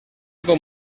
con